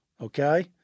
okay